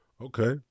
Okay